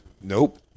Nope